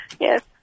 Yes